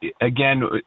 Again